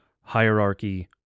hierarchy